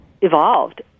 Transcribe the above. evolved